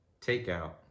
takeout